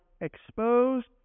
exposed